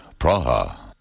Praha